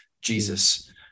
Jesus